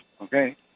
Okay